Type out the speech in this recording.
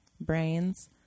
brains